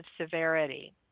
severity